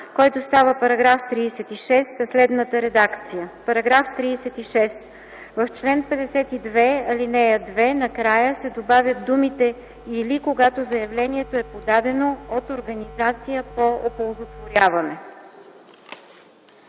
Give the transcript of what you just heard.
който става § 36 със следната редакция: „§ 36. В чл. 52, ал. 2 накрая се добавят думите „или когато заявлението е подадено от организация по оползотворяване”.”